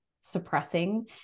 suppressing